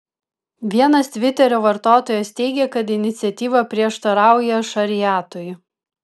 vienas tviterio vartotojas teigė kad iniciatyva prieštarauja šariatui